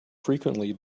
frequently